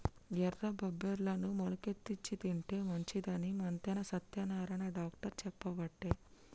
ఎర్ర బబ్బెర్లను మొలికెత్తిచ్చి తింటే మంచిదని మంతెన సత్యనారాయణ డాక్టర్ చెప్పబట్టే